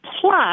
plus